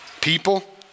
People